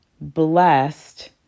blessed